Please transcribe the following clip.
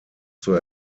zur